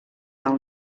del